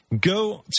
Go